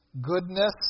goodness